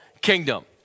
kingdom